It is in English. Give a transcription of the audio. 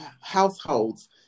households